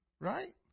right